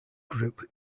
group